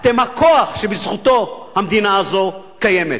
אתם הכוח שבזכותו המדינה הזאת קיימת.